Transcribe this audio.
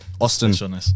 Austin